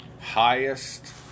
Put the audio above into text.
highest